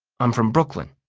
i'm from brooklyn.